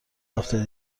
هفته